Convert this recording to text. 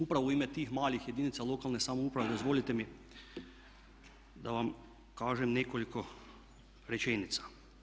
Upravo u ime tim malih jedinica lokalne samouprave dozvolite mi da vam kažem nekoliko rečenica.